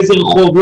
באיזה רחוב,